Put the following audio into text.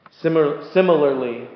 Similarly